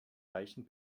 reichen